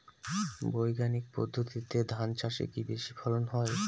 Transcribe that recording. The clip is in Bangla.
বৈজ্ঞানিক পদ্ধতিতে ধান চাষে কি বেশী ফলন হয়?